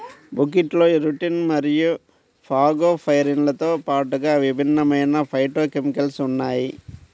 బుక్వీట్లో రుటిన్ మరియు ఫాగోపైరిన్లతో పాటుగా విభిన్నమైన ఫైటోకెమికల్స్ ఉన్నాయి